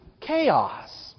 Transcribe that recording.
chaos